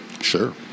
Sure